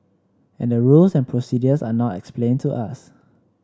and the rules and procedures are not explained to us